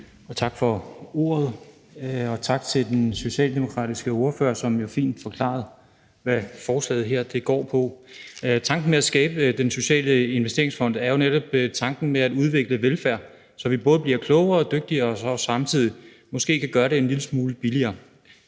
Tak for ordet, og tak til den socialdemokratiske ordfører, som jo fint forklarede, hvad forslaget her går ud på. Tanken med at skabe Den Sociale Investeringsfond er jo netop at udvikle velfærd, så vi både bliver klogere og dygtigere og samtidig måske kan gøre det en lille smule billigere.